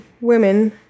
women